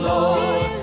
Lord